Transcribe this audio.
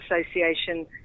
Association